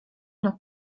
nach